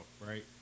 right